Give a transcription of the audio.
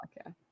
okay